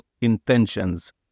intentions